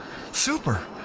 Super